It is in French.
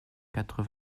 quatre